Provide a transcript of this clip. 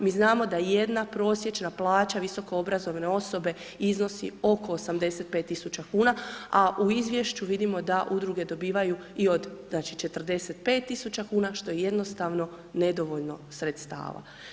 Mi znamo da jedna prosječna plaća visokoobrazovane osobe iznosi oko 85.000,00 kn, a u Izvješću vidimo da Udruge dobivaju i od, znači, 45.000,00 kn, što je jednostavno nedovoljno sredstava.